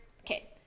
Okay